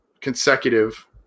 consecutive